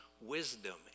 wisdom